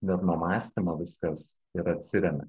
bet nuo mąstymo viskas ir atsiremia